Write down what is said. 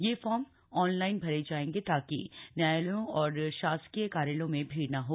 यह form online भरे जायेंगे ताकि न्यायालयों और शासकीय कार्यालयों में भीड़ न हो